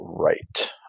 Right